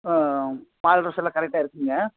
ஆ கரெக்டாக இருக்கும்க